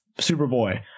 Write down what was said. Superboy